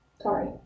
Sorry